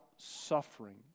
suffering